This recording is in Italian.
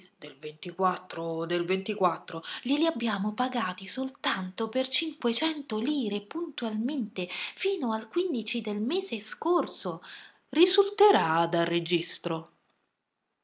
del ventiquattro del ventiquattro glieli abbiamo pagati soltanto per cinquecento lire puntualmente fino al quindici del mese scorso risulterà dal registro